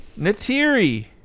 natiri